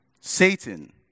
Satan